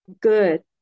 Good